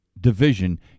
division